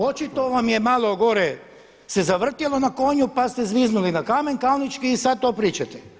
Očito vam je malo gore se zavrtjelo na konju pa ste zviznuli na kamen kalnički i sad to pričate.